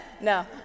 No